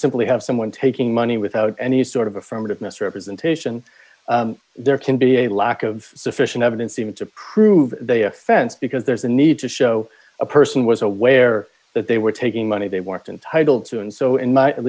simply have someone taking money without any sort of affirmative misrepresentation there can be a lack of sufficient evidence even to prove they offense because there's a need to show a person was aware that they were taking money they weren't entitle to and so in